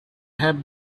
have